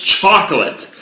chocolate